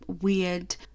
weird